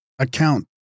ACCOUNT